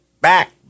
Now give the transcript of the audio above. back